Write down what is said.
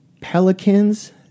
pelicans